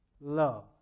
love